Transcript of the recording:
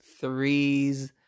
threes